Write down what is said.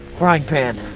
frying pan.